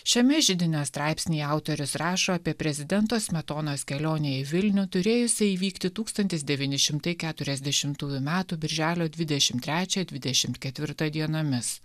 šiame židinio straipsnyje autorius rašo apie prezidento smetonos kelionę į vilnių turėjusią įvykti tūkstantis devyni šimtai keturiasdešimųjų metų birželio dvidešim trečią dvidešim ketvirtą dienomis